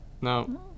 No